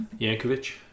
Yankovic